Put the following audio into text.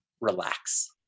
relax